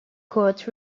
court